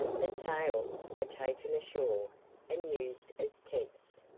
the sails were taken ashore and used as tents.